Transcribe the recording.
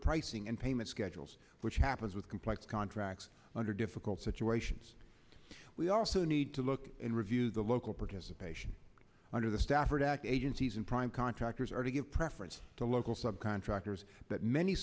pricing and payment schedules which happens with complex contracts under difficult situations we also need to look in review the local participation under the stafford act agencies and prime contractors are to give preference to local subcontractors that many